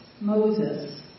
Moses